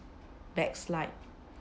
backslide